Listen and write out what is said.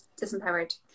disempowered